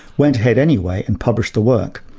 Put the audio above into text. went ahead anyway and published the work.